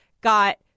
got